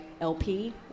LP